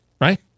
right